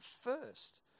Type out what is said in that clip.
first